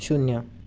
शून्य